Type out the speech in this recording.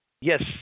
Yes